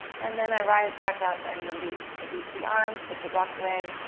and then i rise back up and release. release the arms, take the block away,